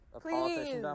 Please